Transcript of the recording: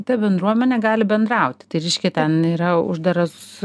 ta bendruomenė gali bendrauti tai reiškia ten yra uždaras